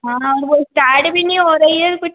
हाँ वो इस्टार्ट भी नहीं हो रही है कुछ